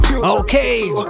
Okay